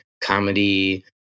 comedy